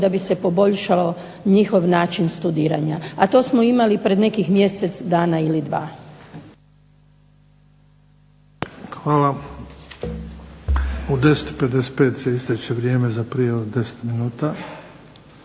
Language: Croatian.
da bi se poboljšao njihov način studiranja. A to smo imali pred nekih mjesec dana ili dva. **Bebić, Luka (HDZ)** Hvala. U 10,55 će isteći vrijeme za prijavu od 10 minuta.